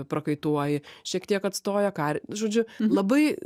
prakaituoji šiek tiek atstoja kar žodžiu labai